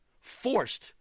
forced